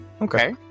Okay